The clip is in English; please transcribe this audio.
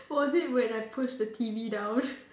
oh is it when I push the T_V down